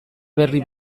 berri